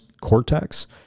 cortex